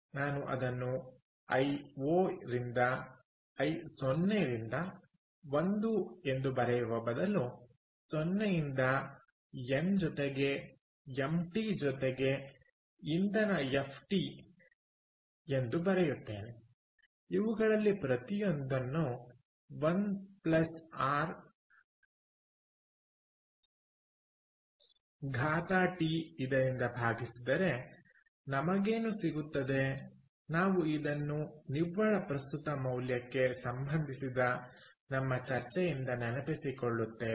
ನಾನು ಅದನ್ನುಐ 0 ರಿಂದ 1ಎಂದು ಬರೆಯುವ ಬದಲು 0 ರಿಂದ ಎನ್ ಜೊತೆಗೆ ಎಂಟಿ ಜೊತೆಗೆ ಇಂಧನ ಎಫ್ ಟಿ ಎಂದು ಬರೆಯುತ್ತೇನೆ ಇವುಗಳಲ್ಲಿ ಪ್ರತಿಯೊಂದನ್ನು 1 rt ಇದರಿಂದ ಭಾಗಿಸಿದರೆ ನಮಗೇನು ಸಿಗುತ್ತದೆನಾವು ಇದನ್ನು ನಿವ್ವಳ ಪ್ರಸ್ತುತ ಮೌಲ್ಯಕ್ಕೆ ಸಂಬಂಧಿಸಿದ ನಮ್ಮ ಚರ್ಚೆಯಿಂದ ನೆನಪಿಸಿಕೊಳ್ಳುತ್ತೇನೆ